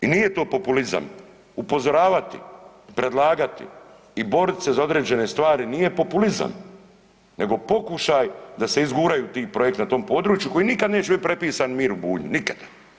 I nije to populizam, upozoravati, predlagati i borit se za određene stvari nije populizam nego pokušaj da se izguraju ti projekti na tom području koji nikada neće biti prepisani Miru Bulju, nikada.